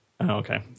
Okay